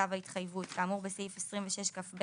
בכתב ההתחייבות כאמור בסעיף 26כב(ב),